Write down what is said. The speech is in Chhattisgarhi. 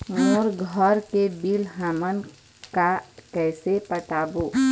मोर घर के बिल हमन का कइसे पटाबो?